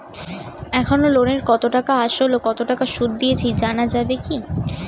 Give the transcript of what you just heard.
এখনো লোনের কত টাকা আসল ও কত টাকা সুদ দিয়েছি জানা যাবে কি?